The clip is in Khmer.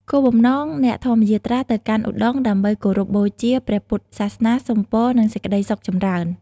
គោលបំណង អ្នកធម្មយាត្រាទៅកាន់ឧដុង្គដើម្បីគោរពបូជាព្រះពុទ្ធសាសនា សុំពរ និងសេចក្តីសុខចម្រើន។